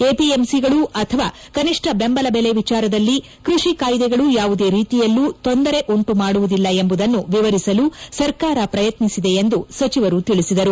ಎಪಿಎಂಸಿಗಳು ಅಥವಾ ಕನಿಷ್ಠ ಬೆಂಬಲ ಬೆಲೆ ವಿಚಾರದಲ್ಲಿ ಕೃಷಿ ಕಾಯ್ದೆಗಳು ಯಾವುದೇ ರೀತಿಯಲ್ಲೂ ತೊಂದರೆ ಉಂಟು ಮಾಡುವುದಿಲ್ಲ ಎಂಬುದನ್ನು ವಿವರಿಸಲು ಸರ್ಕಾರ ಪ್ರಯತ್ನಿಸಿದೆ ಎಂದು ಸಚಿವರು ತಿಳಿಸಿದರು